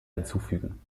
hinzufügen